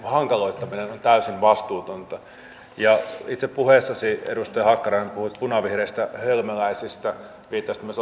hankaloittaminen on täysin vastuutonta itse puheessasi edustaja hakkarainen puhuit punavihreistä hölmöläisistä viittasit myös